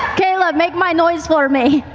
caleb, make my noise for me.